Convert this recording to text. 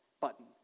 button